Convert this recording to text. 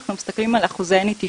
אנחנו מסתכלים על אחוזי נטישה,